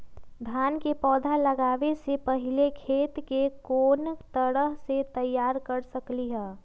धान के पौधा लगाबे से पहिले खेत के कोन तरह से तैयार कर सकली ह?